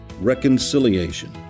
reconciliation